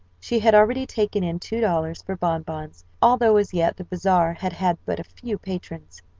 she had already taken in two dollars for bonbons, although as yet the bazaar had had but a few patrons.